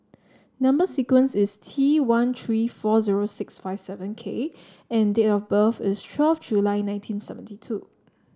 number sequence is T one three four zero six five seven K and date of birth is twelve July nineteen seventy two